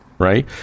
Right